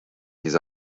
his